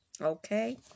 okay